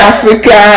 Africa